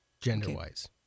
gender-wise